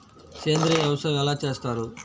సేంద్రీయ వ్యవసాయం ఎలా చేస్తారు?